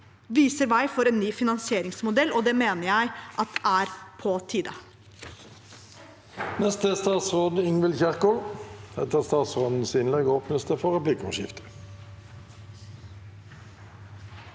viser vei for en ny finansieringsmodell, og det mener jeg er på tide.